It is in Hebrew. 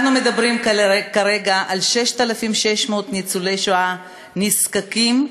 אנחנו מדברים כרגע על 6,600 ניצולי שואה נזקקים,